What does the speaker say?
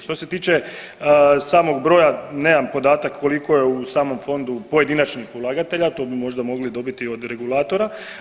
Što se tiče samog broja nema podatak koliko je u samom fondu pojedinačnih ulagatelja, to bi možda mogli dobiti od regulatora.